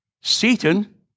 Satan